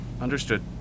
Understood